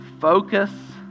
focus